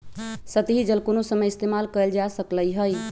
सतही जल कोनो समय इस्तेमाल कएल जा सकलई हई